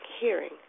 hearing